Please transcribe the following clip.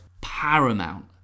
paramount